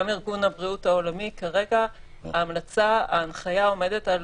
גם ארגון הבריאות העולמי כרגע ההנחיה עומדת על